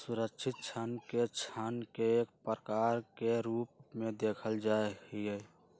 सुरक्षित ऋण के ऋण के एक प्रकार के रूप में देखल जा हई